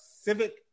Civic